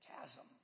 chasm